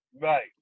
Right